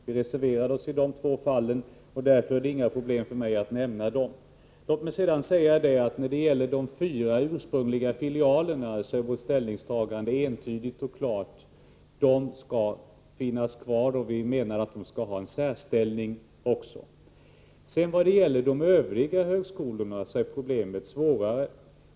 Vi reserverade oss i dessa två fall, och därför är det inga problem för mig att nämna dem. När det gäller de fyra ursprungliga filialerna är vårt ställningstagande entydigt och klart: de skall finnas kvar, och vi menar att de också skall ha en särställning. Vad gäller de övriga högskolorna är problemet svårare.